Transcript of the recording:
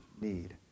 need